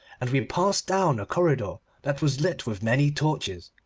and we passed down a corridor that was lit with many torches.